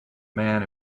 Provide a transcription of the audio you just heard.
man